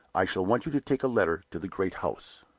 i shall want you to take a letter to the great house.